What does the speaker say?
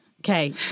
Okay